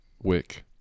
wick